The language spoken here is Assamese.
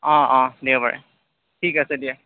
অঁ অঁ দেওবাৰে ঠিক আছে দিয়া